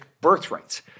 birthrights